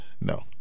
No